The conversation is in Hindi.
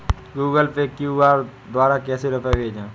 गूगल पे क्यू.आर द्वारा कैसे रूपए भेजें?